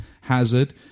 Hazard